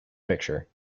picture